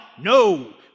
no